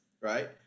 right